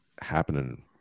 happening